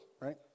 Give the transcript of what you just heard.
right